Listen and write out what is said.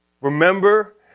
Remember